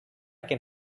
can